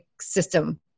system